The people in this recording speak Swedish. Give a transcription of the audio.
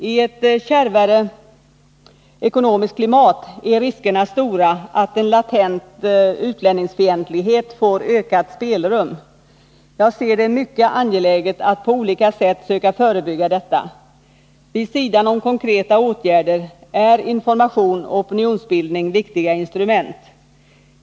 I ett kärvare ekonomisk klimat är riskerna stora att en latent utlänningsfientlighet får ökat spelrum. Jag ser det som mycket angeläget att på olika sätt söka förebygga detta. Vid sidan om konkreta åtgärder är information och opinionsbildning viktiga instrument.